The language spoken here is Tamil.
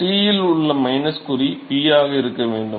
T இல் உள்ள மைனஸ் குறி P ஆக இருக்க வேண்டும்